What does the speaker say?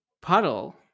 puddle